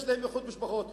יש להם איחוד משפחות,